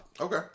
Okay